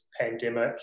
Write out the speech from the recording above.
pandemic